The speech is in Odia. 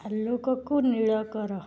ଆଲୋକକୁ ନୀଳ କର